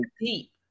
deep